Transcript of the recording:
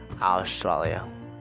Australia